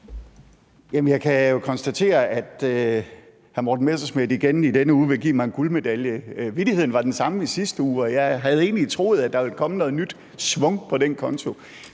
jeg kan jo konstatere, at hr. Morten Messerschmidt igen i denne uge vil give mig en guldmedalje. Vittigheden var den samme i sidste uge, og jeg havde egentlig troet, at der ville komme noget nyt schwung på den konto.